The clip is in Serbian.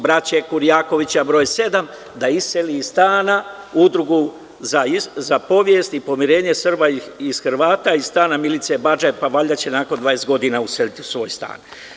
Braće Kurjakovića br. 7. da iseli iz stana „Udrugu za povjest i pomirenje Srba i Hrvata“, iz stana Milice Badžep, pa valjda će nakon 20 godina, useliti u svoj stan.